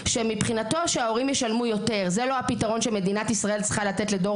שמבחינתו שההורים ישלמו יותר זה לא הפתרון שמדינת ישראל צריכה לתת לדור